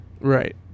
Right